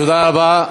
תודה רבה.